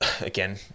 again